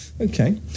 Okay